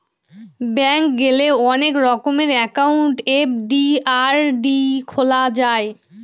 bank গেলে অনেক রকমের একাউন্ট এফ.ডি, আর.ডি খোলা যায়